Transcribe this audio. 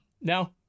No